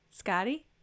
Scotty